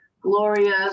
Gloria